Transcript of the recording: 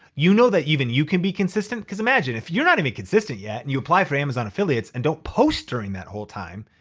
you know that even you can be consistent. cause imagine if you're not even consistent yet and you apply for amazon affiliates and don't post during that whole time,